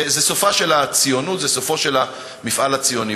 זה סופה של הציונות, זה סופו של המפעל הציוני.